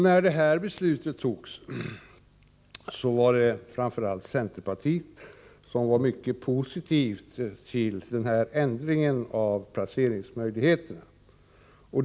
När detta beslut fattades var framför allt centerpartiet mycket positivt till denna ändring av placeringsmöjligheterna.